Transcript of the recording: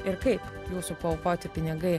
ir kaip jūsų paaukoti pinigai